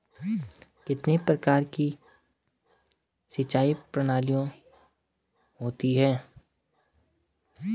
कितने प्रकार की सिंचाई प्रणालियों होती हैं?